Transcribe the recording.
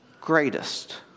greatest